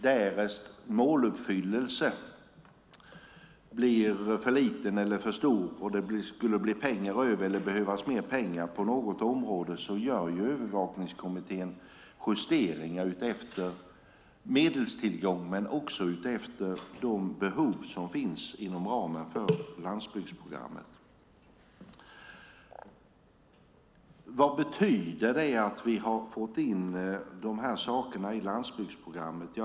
Därest måluppfyllelsen blir för liten eller för stor och det blir pengar över eller behövs mer pengar på något område gör övervakningskommittén justeringar utifrån medelstillgång men också utifrån de behov som finns inom ramen för landsbygdsprogrammet. Vad betyder det att vi fått in dessa saker i landsbygdsprogrammet?